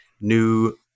new